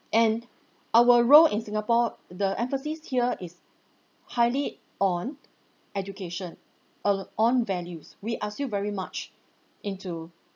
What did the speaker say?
and our role in singapore the emphasis here is highly on education or l~ on values we are still very much into